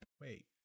Wait